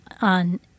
on